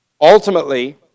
Ultimately